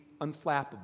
unflappable